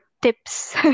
tips